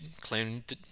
claimed